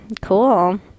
cool